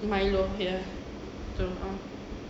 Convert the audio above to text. milo ya